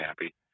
happy